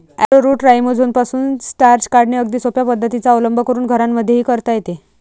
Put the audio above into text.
arrowroot राईझोमपासून starch काढणे अगदी सोप्या पद्धतीचा अवलंब करून घरांमध्येही करता येते